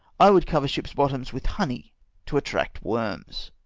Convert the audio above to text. i would cover ships' bottoms with honey to attract worms!